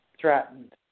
threatened